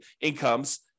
incomes